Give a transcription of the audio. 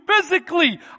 physically